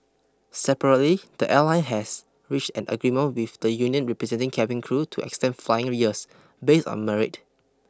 separately the airline has reached an agreement with the union representing cabin crew to extend flying years based on merit